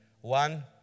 One